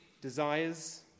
desires